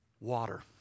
Water